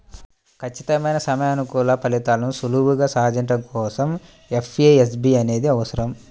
ఖచ్చితమైన సమయానుకూల ఫలితాలను సులువుగా సాధించడం కోసం ఎఫ్ఏఎస్బి అనేది అవసరం